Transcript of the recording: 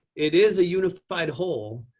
it is a unified whole,